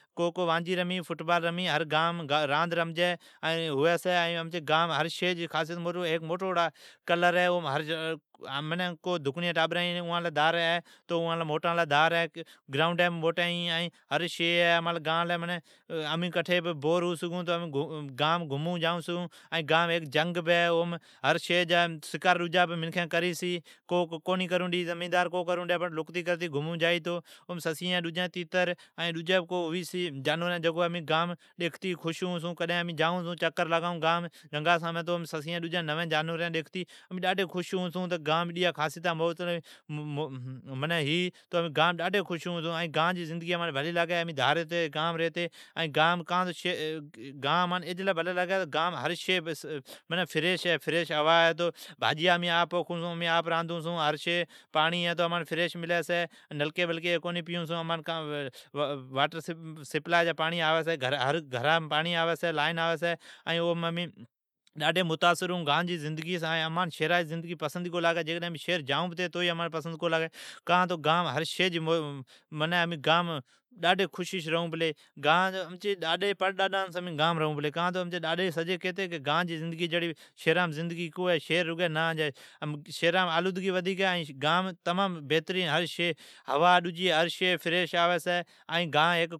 کو وانجھی رمی چھی کو فٹبال رمی چھی، ائین ھر گام راند ھوی چھی۔ امچی گانم ھر خصیت موجود ہے۔ امچی گانم ھیک موٹوڑا کلر ہے۔ اوم دھکنیان لی دھار ہے، ائین موٹوڑا لی دھار ہے ائین موٹوڑین گرائونڈین ھی۔ امچی گانم ھر شی ہے۔ امین بور ھون تو گھمون جائون چھون۔ امچی گانم ھیک ھیک جنگ ہے۔ او ھر شی جا شکار ھوی چھی۔ اوم وڈیری ڈجی کو کرون ڈیئی چھی بڑ لکتی جائون کر سگھون۔ او جھگام سسیین، تیتر، ائین ڈجین بھی جانوری ھی جکو امین ڈیکھتی خوش ھون چھون۔ امین ڈاڈھی خوش ھون چھو کان تو امچی گانم اتریا خاصیتا ھی۔ امان گان جی زندگی ڈاڈھی بھلی لاگی چھی۔ جکار امین چھاری ھتی امان ھر شی بھلی لاگتی۔ گان امان ایلی پسند ہے تو گانم ھر شی فریش ہے۔ فریش ھوا ہے، بھاجیا امین آپ پوکھون چھون امین نلکی جی پارین کونی پیون چھون کان تو امانٹھ سپلائی واٹرا جی پاڑین آوی چھی، ائین امین گان جی زندگیٹھ ڈاڈھی متاثر ھون چھون۔ ائین امان شھرا جی زندگی پسند کونی لاگی، کڈھن امین شھر جائون پتی تو امان پسند کونی لاگی۔ کان تو امین گانم ریھون چھون۔ امچی ابی ڈاڈی گانم ری تی اوین کیلی کہ گان جی زندگی جیڑی شھرا جی زندگی کو ہے، شھر رگی نان جی ہے، شھرام رگی آلودگی جام ہے۔ ائین گانم ھر شئی فریش ھوی چھی۔